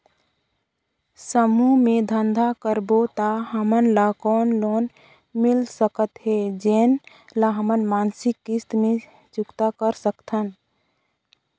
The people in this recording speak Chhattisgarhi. समूह मे धंधा करबो त हमन ल कौन लोन मिल सकत हे, जेन ल हमन मासिक किस्त मे चुकता कर सकथन?